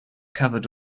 covered